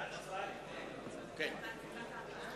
ואז הצבעה אלקטרונית.